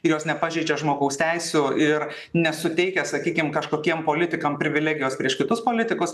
ir jos nepažeidžia žmogaus teisių ir nesuteikia sakykim kažkokiem politikam privilegijos prieš kitus politikus